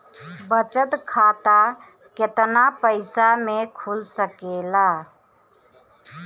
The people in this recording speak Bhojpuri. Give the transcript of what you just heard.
बचत खाता केतना पइसा मे खुल सकेला?